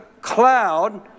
cloud